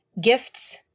gifts